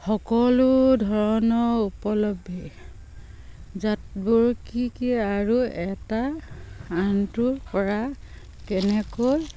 সকলো ধৰণৰ উপলব্ধ জাতবোৰ কি কি আৰু এটা আনটোৰপৰা কেনেকৈ